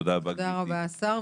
תודה רבה, השר.